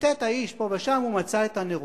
חיטט האיש פה ושם ומצא את הנרות.